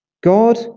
God